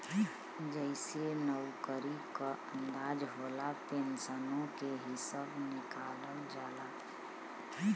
जइसे नउकरी क अंदाज होला, पेन्सनो के हिसब निकालल जाला